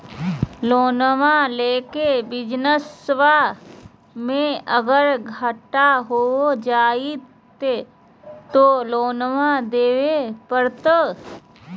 लोनमा लेके बिजनसबा मे अगर घाटा हो जयते तो लोनमा देवे परते?